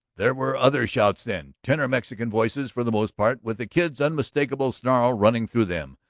there were other shouts then, tenor mexican voices for the most part with the kid's unmistakable snarl running through them.